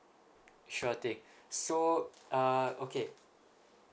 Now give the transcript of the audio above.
sure thing so uh okay